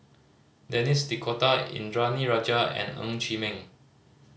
Denis D'Cotta Indranee Rajah and Ng Chee Meng